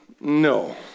No